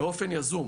באופן יזום.